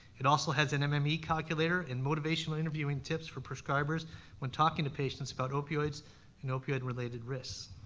it also has an mme um yeah calculator and motivational interviewing tips for prescribers when talking to patients about opioids and opioid-related risks.